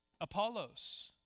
Apollos